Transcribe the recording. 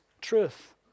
truth